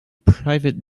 private